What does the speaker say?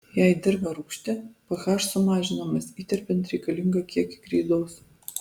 jei dirva rūgšti ph sumažinamas įterpiant reikalingą kiekį kreidos